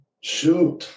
Shoot